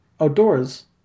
outdoors